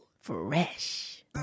Fresh